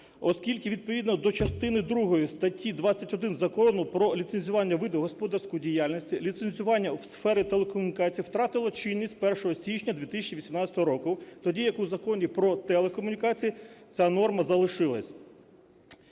оскільки відповідно до частини другої статті 21 Закону "Про ліцензування видів господарської діяльності" ліцензування у сфері телекомунікацій втратило чинність 1 січня 2018 року. Тоді як у Законі "Про телекомунікації" ця норма залишилась.